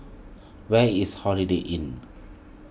where is Holiday Inn